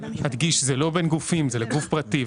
המשפטים --- אדגיש: זה לא בין גופים; זה לגוף פרטי.